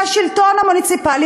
והשלטון המוניציפלי,